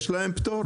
יש להם פטור,